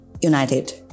united